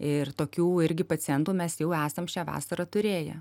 ir tokių irgi pacientų mes jau esam šią vasarą turėję